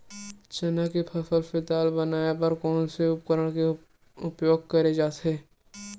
चना के फसल से दाल बनाये बर कोन से उपकरण के उपयोग करे जाथे?